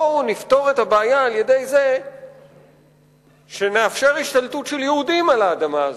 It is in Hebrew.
בואו נפתור את הבעיה על-ידי זה שנאפשר השתלטות של יהודים על האדמה הזאת.